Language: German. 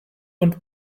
und